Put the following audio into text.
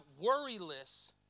worryless